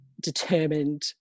determined